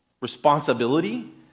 responsibility